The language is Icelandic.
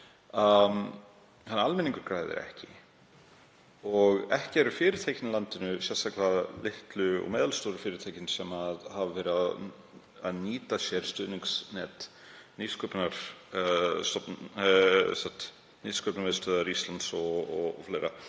Þannig að almenningur græðir ekki og ekki eru fyrirtækin í landinu, sérstaklega litlu og meðalstóru fyrirtækin sem hafa verið að nýta sér stuðningsnet Nýsköpunarmiðstöðvar Íslands o.fl., að